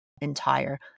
entire